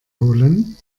holen